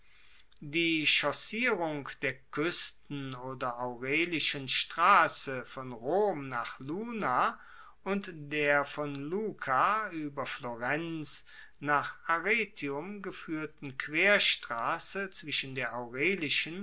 die chaussierung der kuesten oder aurelischen strasse von rom nach luna und der von luca ueber florenz nach arretium gefuehrten querstrasse zwischen der